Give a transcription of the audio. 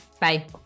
Bye